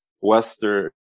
western